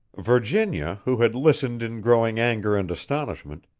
virginia, who had listened in growing anger and astonishment,